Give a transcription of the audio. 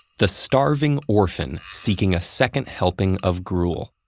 the starving orphan seeking a second helping of gruel.